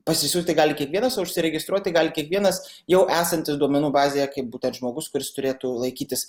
parsisiųsti gali kiekvienas o užsiregistruoti gali kiekvienas jau esantis duomenų bazėje kaip būtent žmogus kuris turėtų laikytis